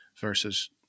versus